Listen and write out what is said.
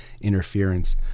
interference